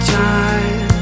time